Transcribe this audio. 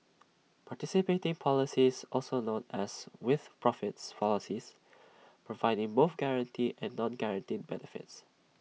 participating policies also known as with profits policies providing both guaranteed and non guaranteed benefits